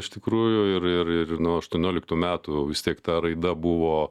iš tikrųjų ir ir ir nuo aštuonioliktų metų vis tiek ta raida buvo